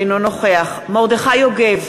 אינו נוכח מרדכי יוגב,